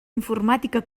informàtica